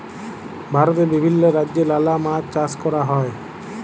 ভারতে বিভিল্য রাজ্যে লালা মাছ চাষ ক্যরা হ্যয়